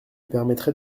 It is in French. permettrait